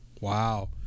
Wow